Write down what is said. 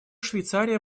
швейцария